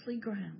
ground